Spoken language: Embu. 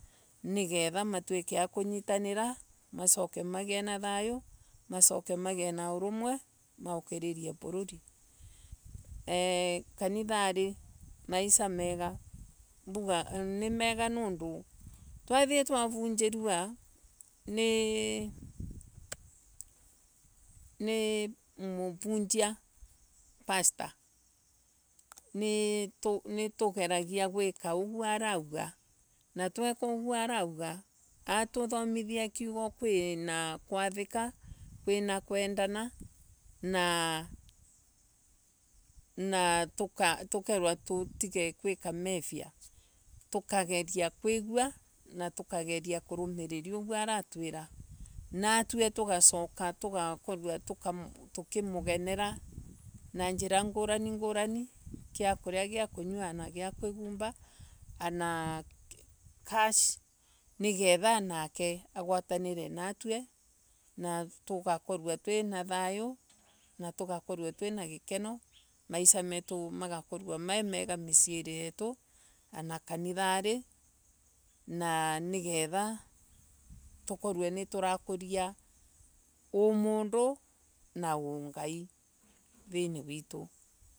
Nigetha matuike akunyitanira macoke magie na thayo masoke magie na uvumwe maukiririe vururi eee kanithari maisa mega ni mega odu twathie twavijiria nii nii ni muvunjia pastor nitugeragia gwika uguo arauga na tweka uguo arauga atothumithia kiugo kwi na kwathika kwendana naa naa tukorwe tutige gwika meria. tukageria kwigua na tukageria kuvumirira uguo aratwira natue. tugacoka tugakorwa tukimugenera na njira ngurani gia kuria gia kunywa na gia kwigumba wana cash. niketha wanake agatanire natue na tugakorwa twina thayo na tugakorwa twina gikena tugakorwa twina thayu na maisha metu magakorwe me meega misiiri yetu wana kanithari na tukorwe ni turakuria umundu na ungai thiini wetu.